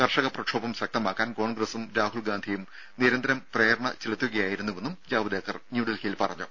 കർഷക പ്രക്ഷോഭം ശക്തമാക്കാൻ കോൺഗ്രസും രാഹുൽ ഗാന്ധിയും നിരന്തരം പ്രേരണ ചെലുത്തുകയായിരുന്നുവെന്നും ജാവ്ദേക്കർ ന്യൂഡൽഹിയിൽ പറഞ്ഞു